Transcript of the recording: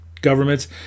Governments